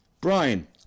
Brian